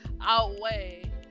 outweigh